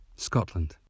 Scotland